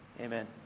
Amen